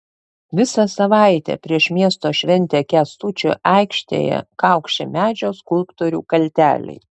visą savaitę prieš miesto šventę kęstučio aikštėje kaukši medžio skulptorių kalteliai